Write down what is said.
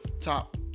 top